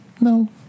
no